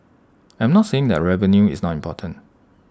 I'm not saying that revenue is not important